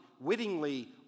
wittingly